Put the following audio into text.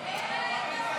78, 79 ו-83